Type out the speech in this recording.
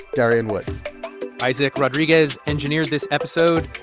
darian woods isaac rodriguez engineered this episode.